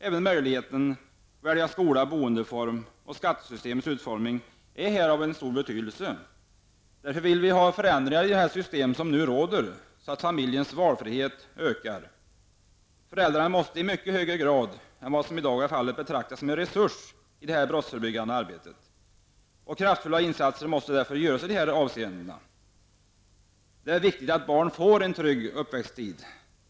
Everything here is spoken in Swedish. Även möjligheten att välja skola och boendeform och skattesystemets utformning är av betydelse. Därför vill vi ha förändringar i det rådande systemet så att familjens valfrihet ökar. Föräldrarna måste i mycket högre grad än vad som i dag är fallet betraktas som en resurs i det brottsförebyggande arbetet. Kraftfulla insatser måste därför göras i dessa avseenden. Det är viktigt att barn får en trygg uppväxttid.